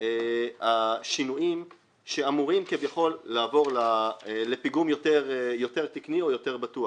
השינויים שאמורים כביכול לעבור לפיגום יותר תקני ובטוח: